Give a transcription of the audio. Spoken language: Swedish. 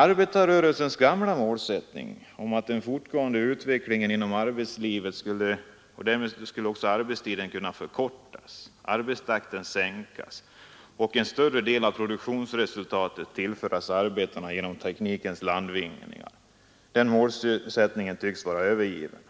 Arbetarrörelsens gamla målsättning — att med den fortgående utvecklingen inom arbetslivet skulle arbetstiden förkortas, arbetstakten sänkas och en större del av produktionsresultatet tillföras arbetarna genom teknikens landvinningar — tycks vara övergiven.